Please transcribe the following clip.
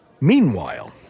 Meanwhile